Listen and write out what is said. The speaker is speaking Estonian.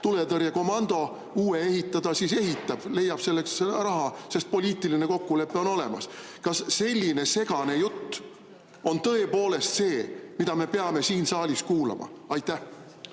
tuletõrjekomando ehitada, siis ehitab, leiab selleks raha, sest poliitiline kokkulepe on olemas. Kas selline segane jutt on tõepoolest see, mida me peame siin saalis kuulama?